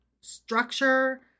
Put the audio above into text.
structure